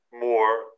more